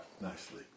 nicely